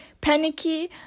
panicky